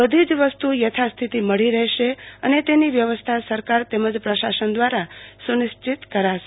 બધી વસ્તુ યથા શસ્તિ મળી રહશે અને તેની વ્યવસ્થા સરકાર તેમજ પ્રશાસન દવારા સુનિશ્ચિત કરાશે